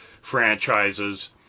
franchises